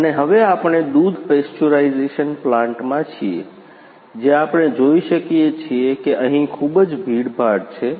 અને હવે આપણે દૂધ પેસ્ચ્યુંરાઈઝેશન પ્લાન્ટ્સમાં છીએ જ્યાં આપણે જોઈ શકીએ છીએ કે અહીં ખૂબ જ ભીડભાડ છે